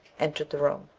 entered the room.